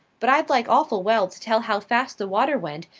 but i'd like awful well to tell how fast the water went,